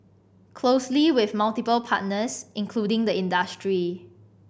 closely with multiple partners including the industry